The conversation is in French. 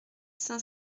cinq